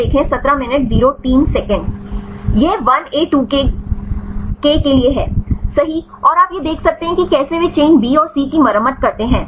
यह 1A2K के लिए है सही और आप यह देख सकते हैं कि कैसे वे चेन B और C और की मरम्मत करते हैं